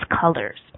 colors